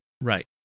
right